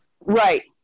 Right